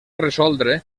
resoldre